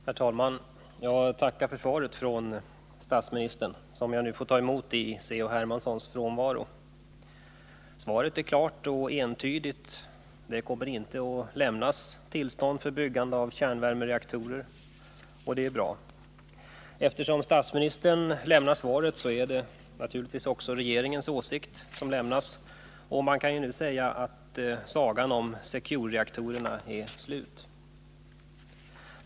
Herr talman! Jag tackar för svaret från statsministern, som jag nu får ta emot i C.-H. Hermanssons frånvaro. Svaret är klart och entydigt: Det kommer inte att lämnas tillstånd för byggande av kärnvärmereaktorer. Det är bra. Eftersom statsministern lämnar svaret är det naturligtvis också regeringens åsikt som uttalas, och man kan därför säga att sagan om Securereaktorerna nu är slut.